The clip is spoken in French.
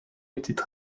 étaient